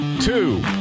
two